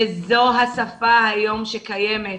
זאת השפה היום שקיימת,